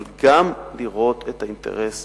אבל גם לראות את האינטרס